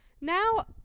Now